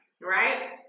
right